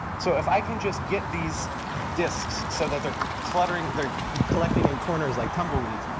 so if i can just get these disks so that they're collecting they're collecting in corners like tumbleweeds,